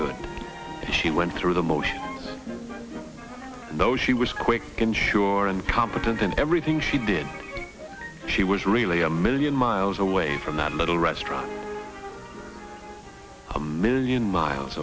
good she went through the motions though she was quick and sure and competent in everything she did she was really a million miles away from that little restaurant a million miles